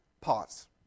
pause